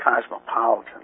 cosmopolitan